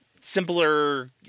simpler